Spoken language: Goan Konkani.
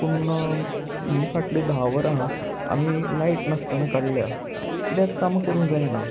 पूण हीं फाटलीं धा वरां आमी लायट नासतना काडल्या कित्याच कामां करूंक जायना